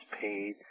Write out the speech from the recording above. paid